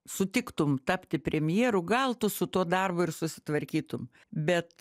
sutiktum tapti premjeru gal tu su tuo darbo ir susitvarkytum bet